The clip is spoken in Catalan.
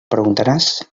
preguntaràs